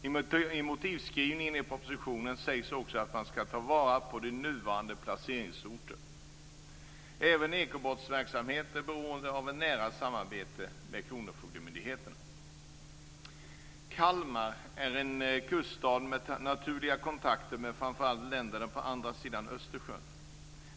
I motivskrivningen i propositionen sägs också att man skall ta vara på nuvarande placeringsorter. Även ekobrottsverksamhet är beroende av ett nära samarbete med kronofogdemyndigheterna. Kalmar är en kuststad med naturliga kontakter med framför allt länderna på andra sidan Östersjön.